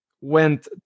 went